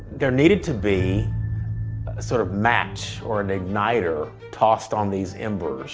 there needed to be a sort of match or an igniter tossed on these embers